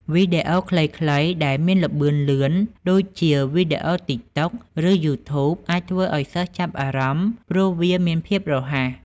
វីដេអូខ្លីៗដែលមានល្បឿនលឿនដូចជាវីដេអូ TikTok ឬ Youtube អាចធ្វើឱ្យសិស្សចាប់អារម្មណ៍ ព្រោះវាមានភាពរហ័ស។